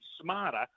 smarter